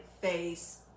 face